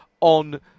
on